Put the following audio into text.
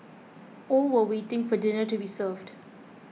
all were waiting for dinner to be served